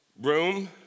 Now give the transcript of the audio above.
room